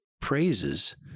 praises